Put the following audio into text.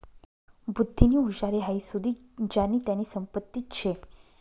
बुध्दीनी हुशारी हाई सुदीक ज्यानी त्यानी संपत्तीच शे